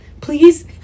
please